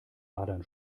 adern